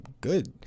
good